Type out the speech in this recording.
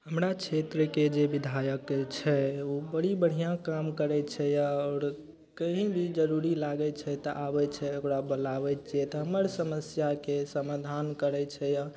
हमरा क्षेत्रके जे विधायक छै उ बड़ी बढ़िआँ काम करय छै यऽ आओर कोइ भी जरूरी लागय छै तऽ आबय छै ओकरा बोलाबय छियै तऽ हमर समस्याके समाधान करय छै